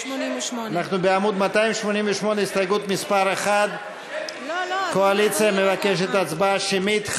288, הסתייגות מס' 1, הקואליציה מבקשת הצבעה שמית.